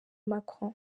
macron